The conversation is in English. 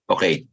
Okay